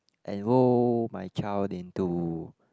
enroll my child into